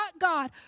God